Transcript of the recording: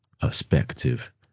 perspective